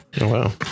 Wow